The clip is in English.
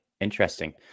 interesting